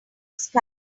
sky